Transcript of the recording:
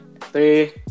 Three